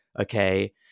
okay